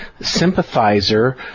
sympathizer